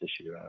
issue